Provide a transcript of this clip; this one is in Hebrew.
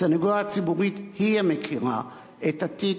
הסניגוריה הציבורית היא שמכירה את התיק